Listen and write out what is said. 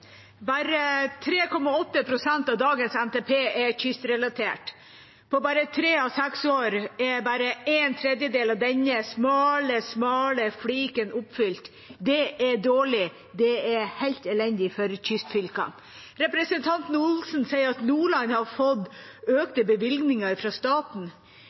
Bare 3,8 pst. av dagens NTP er kystrelatert. På tre av seks år er bare en tredjedel av denne smale, smale fliken oppfylt. Det er dårlig. Det er helt elendig for kystfylkene. Representanten Olsen sier at Nordland har fått økte bevilgninger fra staten.